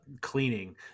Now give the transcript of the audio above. cleaning